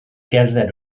gerdded